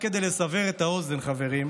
רק כדי לסבר את האוזן, חברים,